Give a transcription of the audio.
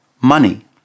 money